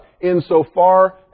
Insofar